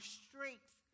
strength